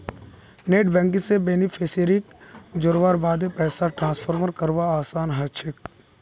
net banking स बेनिफिशियरीक जोड़वार बादे पैसा ट्रांसफर करवा असान है जाछेक